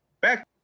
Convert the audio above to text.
back